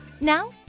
Now